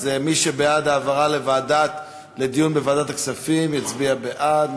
אז מי שבעד העברה לדיון בוועדת הכספים יצביע בעד,